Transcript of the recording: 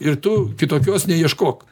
ir tu kitokios neieškok